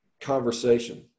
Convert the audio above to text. conversation